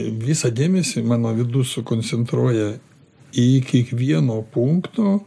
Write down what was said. visą dėmesį mano vidus sukoncentruoja į kiekvieno punkto